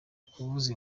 kuvuza